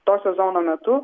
to sezono metu